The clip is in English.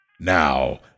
Now